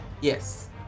Yes